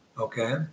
okay